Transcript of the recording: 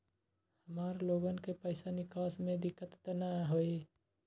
हमार लोगन के पैसा निकास में दिक्कत त न होई?